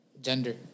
gender